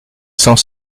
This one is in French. cent